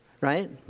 Right